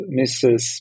Mrs